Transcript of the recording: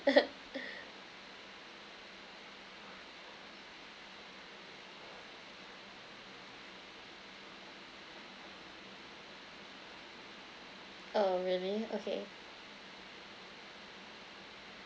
oh really okay